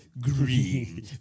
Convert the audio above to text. green